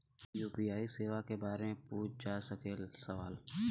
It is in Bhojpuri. यू.पी.आई सेवा के बारे में पूछ जा सकेला सवाल?